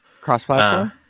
Cross-platform